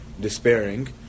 despairing